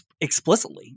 explicitly